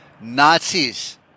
Nazis